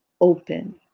open